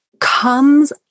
comes